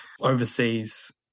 overseas